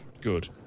Good